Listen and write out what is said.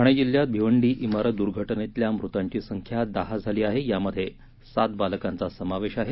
ठाणे जिल्ह्यात भिवंडी इमारत दुर्घटनेतल्या मृतांची संख्या दहा झाली आहे यामध्ये सात बालकांचा समावेश आहे